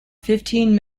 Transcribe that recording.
fifteen